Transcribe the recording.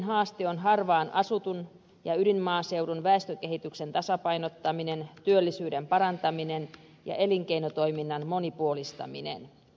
erityisiä haasteita ovat harvaanasutun ja ydinmaaseudun väestökehityksen tasapainottaminen työllisyyden parantaminen ja elinkeinotoiminnan monipuolistaminen